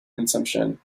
consumption